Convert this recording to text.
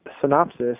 synopsis